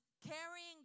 carrying